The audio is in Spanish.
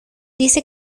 dice